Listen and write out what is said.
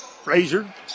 Frazier